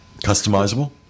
customizable